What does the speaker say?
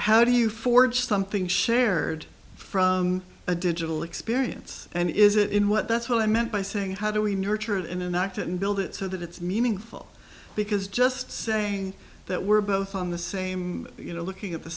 how do you forge something shared from a digital experience and is it what that's what i meant by saying how do we nurture it in an act and build it so that it's meaningful because just saying that we're both on the same you know looking at the